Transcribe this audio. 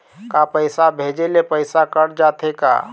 का पैसा भेजे ले पैसा कट जाथे का?